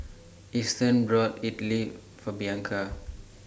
Easton bought Idili For Bianca